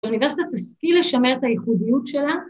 ‫האוניברסיטה תשכיל לשמר ‫את הייחודיות שלה.